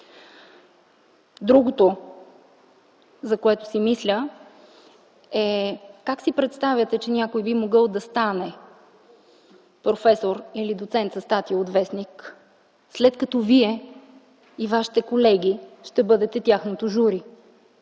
Другото, за което си мисля, как си представяте, че някой би могъл да стане професор или доцент по статия от вестник, след като Вие и Вашите колеги ще бъдете тяхното жури.